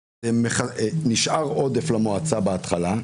זה נשאר עודף למועצה בהתחלה,